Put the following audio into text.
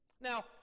Now